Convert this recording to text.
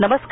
नमस्कार